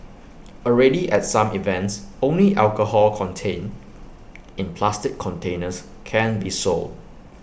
already at some events only alcohol contained in plastic containers can be sold